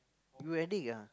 you addict ah